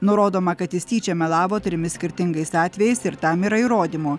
nurodoma kad jis tyčia melavo trimis skirtingais atvejais ir tam yra įrodymų